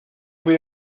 fui